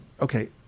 okay